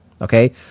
Okay